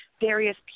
various